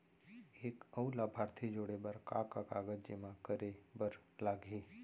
एक अऊ लाभार्थी जोड़े बर का का कागज जेमा करे बर लागही?